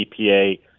epa